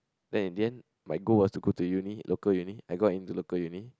then in the end my goal was go to uni local uni I got into local uni